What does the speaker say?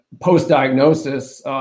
Post-diagnosis